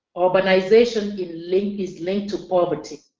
ah urbanization is linked is linked to poverty.